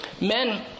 men